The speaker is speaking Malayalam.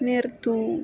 നിർത്തൂ